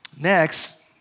Next